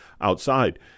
outside